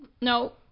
No